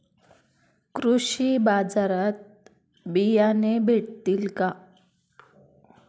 कृषी बाजारात बियाणे भेटतील का?